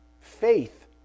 faith